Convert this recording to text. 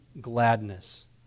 gladness